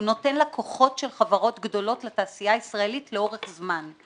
הוא נותן לקוחות של חברות גדולות לתעשייה הישראלית לאורך זמן.